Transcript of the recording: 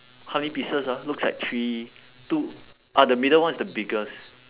how many pieces ah looks like three two ah the middle one is the biggest